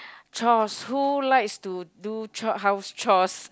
choirs who likes to do house choirs